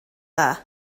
dda